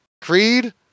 Creed